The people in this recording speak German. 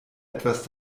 etwas